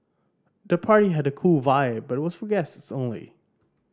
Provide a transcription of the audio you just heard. the party had a cool vibe but was for guests the only